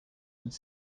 would